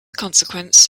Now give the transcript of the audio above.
consequence